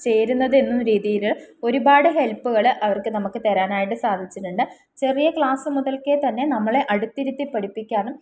ചേരുന്നത് എന്ന രീതിയിൽ ഒരുപാട് ഹെൽപ്പുകൾ അവർക്ക് നമുക്ക് തരാനായിട്ട് സാധിച്ചിട്ടുണ്ട് ചെറിയ ക്ലാസ് മുതൽക്കേതന്നെ നമ്മളെ അടുത്തിരുത്തി പഠിപ്പിക്കാനും